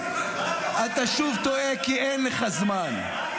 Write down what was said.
אתה שוב טועה כי אין לך זמן.